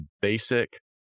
basic